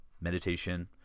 meditation